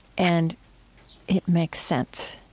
and it makes sense.